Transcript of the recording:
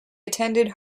attended